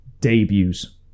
debuts